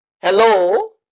Hello